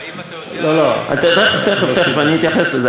האם אתה יודע, תכף אני אתייחס לזה.